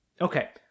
Okay